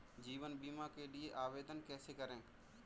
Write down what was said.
जीवन बीमा के लिए आवेदन कैसे करें?